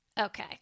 Okay